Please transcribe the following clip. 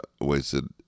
wasted